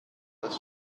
this